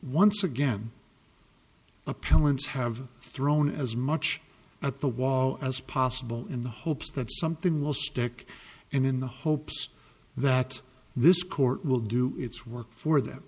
appellants have thrown as much at the wall as possible in the hopes that something will stick and in the hopes that this court will do its work for them